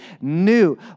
new